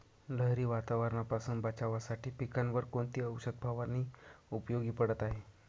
लहरी वातावरणापासून बचावासाठी पिकांवर कोणती औषध फवारणी उपयोगी पडत आहे?